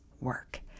work